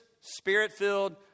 spirit-filled